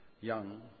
young